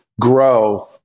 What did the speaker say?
grow